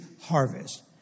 harvest